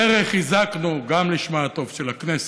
בדרך הזקנו גם לשמה הטוב של הכנסת,